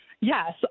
Yes